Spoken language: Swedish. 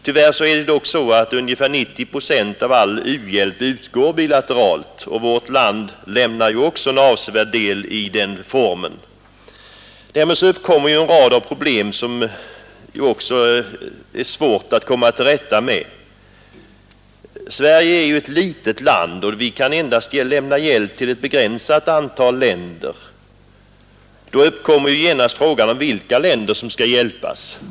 Tyvärr är det dock så, att ungefär 90 procent av all u-hjälp utgår bilateralt, och vårt land lämnar också en avsevärd del av sitt bistånd i den formen. Därmed uppkommer en rad av problem som det är svårt att komma till rätta med. Sverige är ett litet land, och vi kan endast lämna hjälp till ett begränsat antal länder. Då uppkommer genast frågan om vilka länder som skall hjälpas.